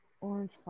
Orange